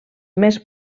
més